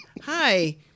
hi